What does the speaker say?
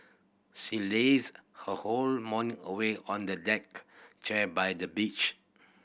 she lazed her whole morning away on the deck chair by the beach